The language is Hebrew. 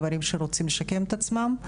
גברים שרוצים לשקם את עצמם,